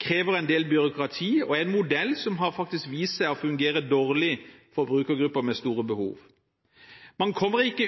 krever en del byråkrati og er en modell som faktisk har vist seg å fungere dårlig for brukergrupper med store behov. Man kommer ikke